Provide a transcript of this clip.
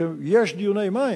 כשיש דיוני מים,